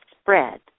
spread